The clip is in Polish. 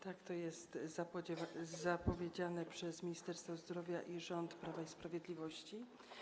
Tak to jest zapowiedziane przez Ministerstwo Zdrowia i rząd Prawa i Sprawiedliwości.